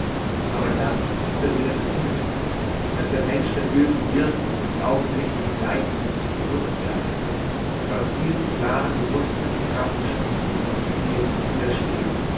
aber das ist der wille des himmels daß der mensch der bösen wirkung des augenblicklichen leichtsinns sich bewußt werde und aus diesem klaren bewußtsein die kraft schöpfe ihr zu widerstehen